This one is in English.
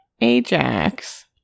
Ajax